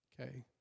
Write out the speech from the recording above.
Okay